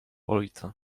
ojca